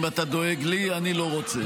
אם אתה דואג לי, אני לא רוצה.